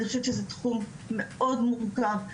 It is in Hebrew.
אני חושבת שזה תחום מאוד מורכב,